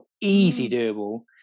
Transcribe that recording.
easy-doable